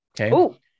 Okay